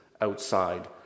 outside